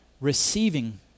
receiving